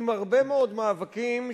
עם הרבה מאוד מאבקים,